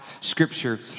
scripture